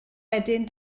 wedyn